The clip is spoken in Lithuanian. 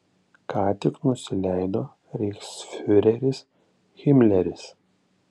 ką tik nusileido reichsfiureris himleris